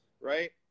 right